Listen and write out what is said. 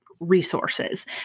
resources